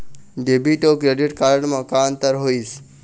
Debit अऊ credit card म का अंतर होइस?